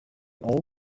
all